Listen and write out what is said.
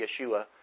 Yeshua